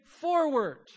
forward